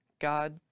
God